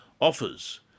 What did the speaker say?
offers